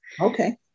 okay